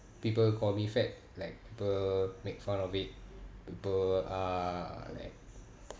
people call me fat like people make fun of it people uh like